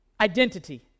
Identity